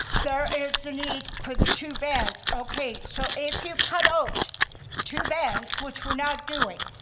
there is a need for the two vans. okay, so if you cut out two vans which we're not doing,